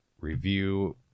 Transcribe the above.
review